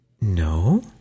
No